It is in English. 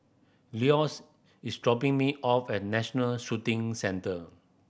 Leonce is dropping me off at National Shooting Centre